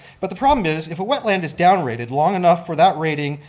but the problem is if a wetland is down rated long enough for that rating,